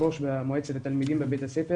מועצת התלמידים בבית הספר